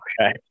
Okay